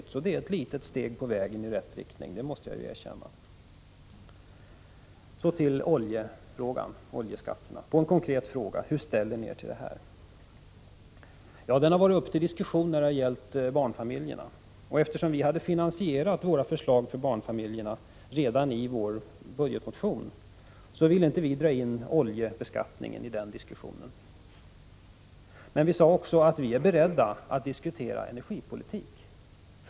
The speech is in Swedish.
Det är ett litet steg i rätt riktning, det måste jag erkänna. Så till oljeskatten och finansministerns konkreta fråga hur vi ställer oss till den. Denna fråga har varit föremål för diskussion när det har gällt barnfamiljerna. Eftersom vi hade finansierat våra förslag för barnfamiljerna redan i vår budgetmotion, vill inte vi dra in oljebeskattningen i det sammanhanget. Men vi sade att vi är beredda att diskutera energipolitik.